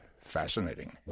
fascinating